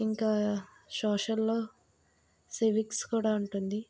ఇంకా సోషల్లో సివిక్స్ కూడా ఉంటుంది